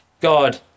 God